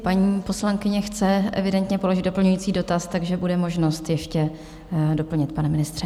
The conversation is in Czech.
Paní poslankyně chce evidentně položit doplňující dotaz, takže bude možnost ještě doplnit, pane ministře.